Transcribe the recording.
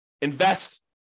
Invest